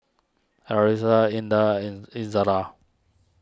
Arissa Indah and Izzara